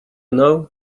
know